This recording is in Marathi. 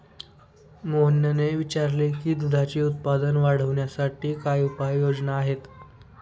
मोहनने विचारले की दुधाचे उत्पादन वाढवण्यासाठी काय उपाय योजना आहेत?